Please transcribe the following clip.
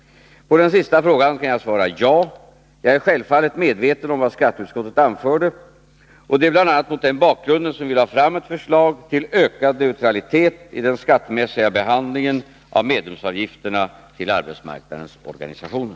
På den sista frågan kan jag svara ja. Jag är självfallet medveten om vad skatteutskottet anförde, och det är bl.a. mot den bakgrunden som vi lade fram ett förslag till ökad neutralitet i den skattemässiga behandlingen av medlemsavgifterna till arbetsmarknadens organisationer.